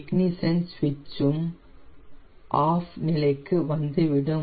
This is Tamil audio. இக்னிஷன் சுவிட்ச் உம் ஆஃப் நிலைக்கு வந்துவிடும்